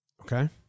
Okay